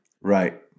Right